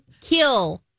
kill